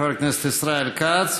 חבר הכנסת ישראל כץ,